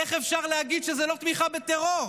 איך אפשר להגיד שזה לא תמיכה בטרור?